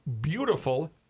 beautiful